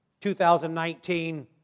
2019